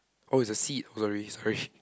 oh it's a seat sorry sorry